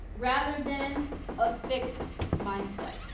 rather than a fixed mind set.